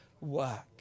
work